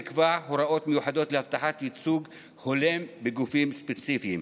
נקבעו הוראות מיוחדות להבטחת ייצוג הולם בגופים ספציפיים,